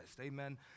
Amen